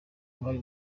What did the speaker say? uruhare